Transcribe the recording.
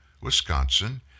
Wisconsin